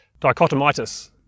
dichotomitis